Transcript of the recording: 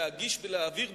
להגיש ולהעביר,